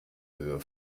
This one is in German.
höhe